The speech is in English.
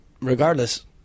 regardless